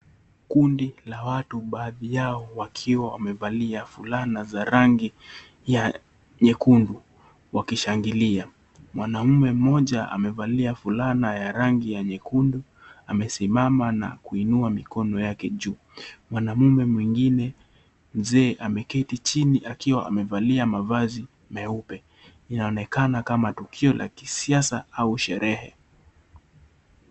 Kundi la watu, baadhi yao wakiwa wamevalia fulana za rangi ya nyekundu wakishangilia. Mwanamume mmoja amevalia fulana ya rangi ya nyekundu amesimama na kuinua mikono yake juu. Mwanamume mwengine ameketi chini akiwa amevalia mavazi meupe. Inaonekana kama tukio la kisiasa au sherehe.